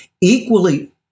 equally